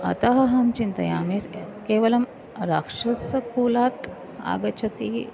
अतः अहं चिन्तयामि स् केवलं राक्षसकुलात् आगच्छति